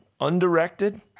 Undirected